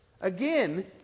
Again